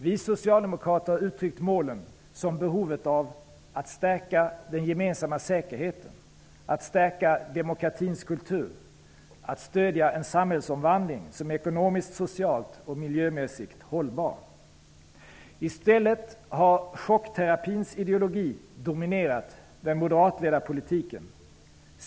Vi socialdemokrater har uttryckt målen som behovet av -- att stärka den gemensamma säkerheten, -- att stärka demokratins kultur, -- att stödja en samhällsomvandling som är ekonomiskt, socialt och miljömässigt hållbar. I stället har chockterapins ideologi dominerat den moderatledda politiken.